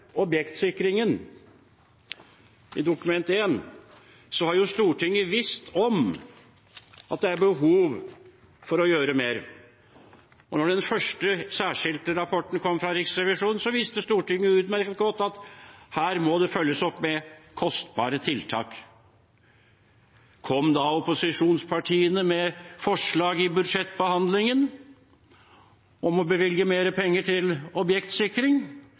objektsikringen, i Dokument 1, har jo Stortinget visst om at det er behov for å gjøre mer. Og da den første særskilte rapporten kom fra Riksrevisjonen, visste Stortinget utmerket godt at her må det følges opp med kostbare tiltak. Kom da opposisjonspartiene med forslag i budsjettbehandlingen om å bevilge mer penger – betydelige beløp – øremerket objektsikring?